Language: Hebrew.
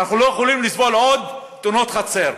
אנחנו לא יכולים לסבול עוד תאונות חצר.